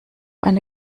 eine